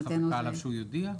חזקה עליו שהוא יודיע?